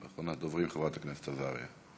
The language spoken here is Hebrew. ואחרונת הדוברים חברת הכנסת עזריה.